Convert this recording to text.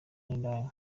n’indaya